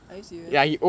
are you serious